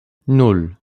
nan